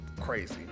crazy